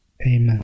amen